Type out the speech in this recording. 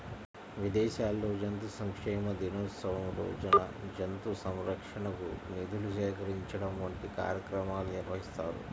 విదేశాల్లో జంతు సంక్షేమ దినోత్సవం రోజున జంతు సంరక్షణకు నిధులు సేకరించడం వంటి కార్యక్రమాలు నిర్వహిస్తారు